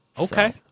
okay